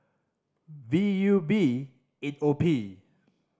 V U B eight O P